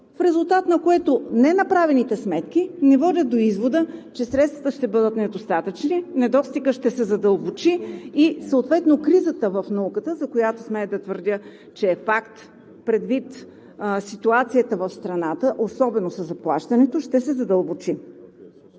В резултат на което ненаправените сметки ни водят до извода, че средствата ще бъдат недостатъчни, недостигът ще се задълбочи и съответно кризата в науката, за която смея да твърдя, че е факт, предвид ситуацията в страната, особено със заплащането, ще се задълбочи.